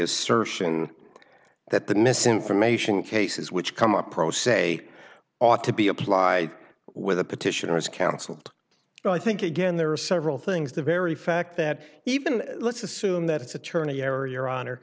assertion that the misinformation cases which come up pro se ought to be applied with the petitioners counseled and i think again there are several things the very fact that even let's assume that it's attorney error your honor